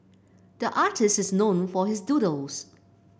the artist is known for his doodles